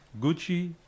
Gucci